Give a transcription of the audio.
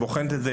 שבוחנת את זה.